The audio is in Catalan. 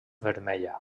vermella